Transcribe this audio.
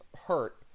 hurt